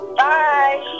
bye